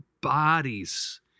bodies